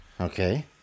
okay